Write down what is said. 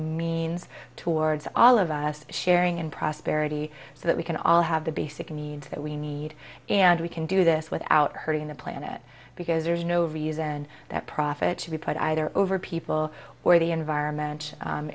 means towards all of us sharing and prosperity that we can all have the basic needs that we need and we can do this without hurting the planet because there's no reason that profit should be put either over people or the environment